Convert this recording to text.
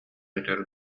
этэр